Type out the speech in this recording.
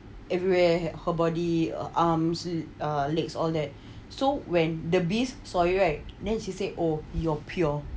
everywhere had her body her arms ah legs all that so when the beast saw it right then she say oh you're pure